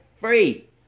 free